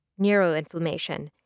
neuroinflammation